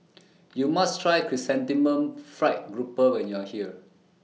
YOU must Try Chrysanthemum Fried Grouper when YOU Are here